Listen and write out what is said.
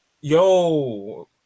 yo